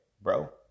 bro